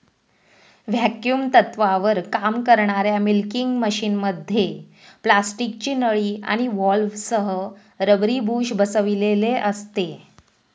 vacuum तत्त्वावर काम करणाऱ्या मिल्किंग मशिनमध्ये प्लास्टिकची नळी आणि व्हॉल्व्हसह रबरी बुश बसविलेले असते